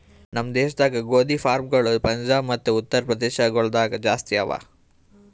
ನಮ್ ದೇಶದಾಗ್ ಗೋದಿ ಫಾರ್ಮ್ಗೊಳ್ ಪಂಜಾಬ್ ಮತ್ತ ಉತ್ತರ್ ಪ್ರದೇಶ ಗೊಳ್ದಾಗ್ ಜಾಸ್ತಿ ಅವಾ